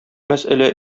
мәсьәлә